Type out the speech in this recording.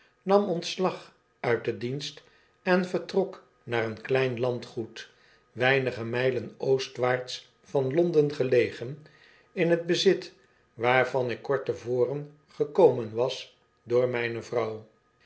nam ontslag uit den dienst en vertrok naar een klein landgoed weinige mylen oostwaarts van londen gelegen in net bezit waairvan ik kort te voren gekoieii was door myne vrouw